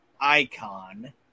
icon